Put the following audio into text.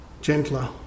Gentler